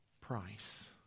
price